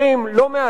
לא מעטים,